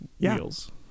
wheels